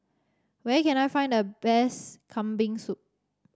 where can I find the best Kambing Soup